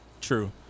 true